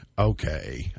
Okay